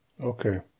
Okay